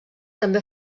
també